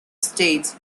states